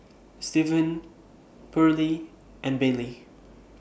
Steven Pearlie and Bailey